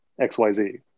XYZ